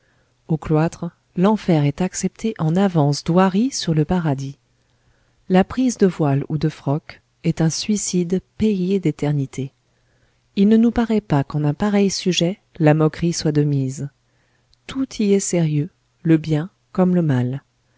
au cloître l'enfer est accepté en avance d'hoirie sur le paradis la prise de voile ou de froc est un suicide payé d'éternité il ne nous parait pas qu'en un pareil sujet la moquerie soit de mise tout y est sérieux le bien comme le mal